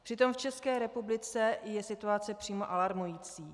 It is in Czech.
Přitom v České republice je situace přímo alarmující.